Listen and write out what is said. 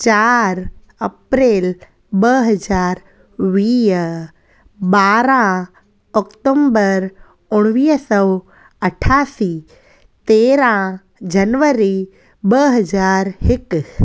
चारि अप्रैल ॿ हज़ार वीह ॿारहां ऑक्टोम्बर उणवीह सौ अठासी तेरहां जनवरी ॿ हज़ार हिकु